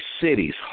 cities